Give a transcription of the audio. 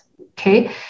okay